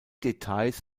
details